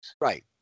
Right